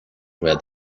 where